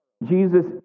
Jesus